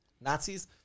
Nazis